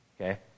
Okay